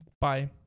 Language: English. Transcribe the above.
bye